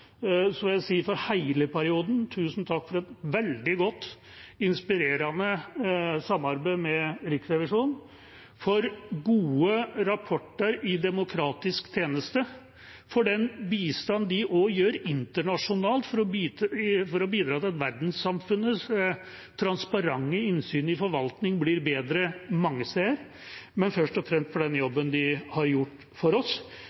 si for hele perioden: Tusen takk for et veldig godt og inspirerende samarbeid med Riksrevisjonen, for gode rapporter i demokratiets tjeneste, for den bistand de også gir internasjonalt for å bidra til at verdenssamfunnets transparente innsyn i forvaltningen blir bedre mange steder, men først og fremst for den jobben de har gjort for oss.